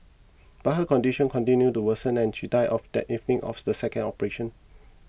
but her condition continued to worsen and she died of that evening of the second operation